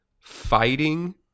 fighting